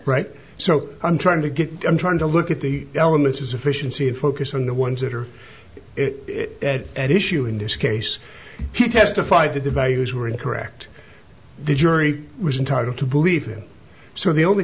right so i'm trying to get i'm trying to look at the elements of sufficiency and focus on the ones that are at issue in this case he testified that the values were incorrect the jury was entitled to believe him so the only